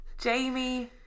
Jamie